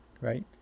right